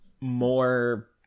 more